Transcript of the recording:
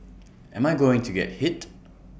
am I going to get hit